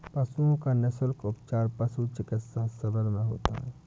पशुओं का निःशुल्क उपचार पशु चिकित्सा शिविर में होता है